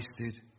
wasted